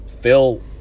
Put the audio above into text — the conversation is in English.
Phil